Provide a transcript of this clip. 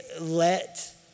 let